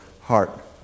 heart